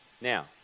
now